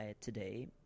today